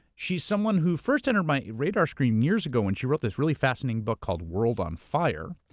she's someone who first entered my radar screen years ago when she wrote this really fascinating book called world on fire,